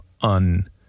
un-